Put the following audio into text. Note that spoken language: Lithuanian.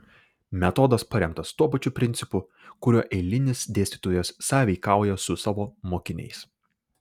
metodas paremtas tuo pačiu principu kuriuo eilinis dėstytojas sąveikauja su savo mokiniais